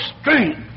strength